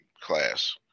class